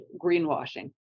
greenwashing